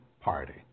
Party